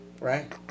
Right